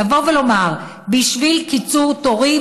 לבוא ולומר: בשביל קיצור תורים,